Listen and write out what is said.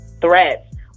threats